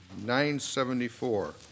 974